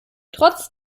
trotz